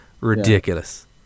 ridiculous